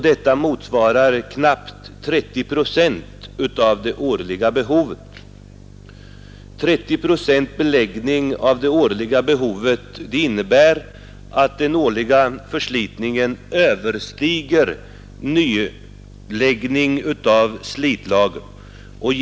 Detta motsvarar knappt 30 procent av det årliga behovet, vilket innebär att den årliga förslitningen överstiger nyläggningen av slitlager.